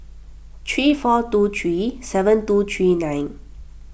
three four two three seven two three nine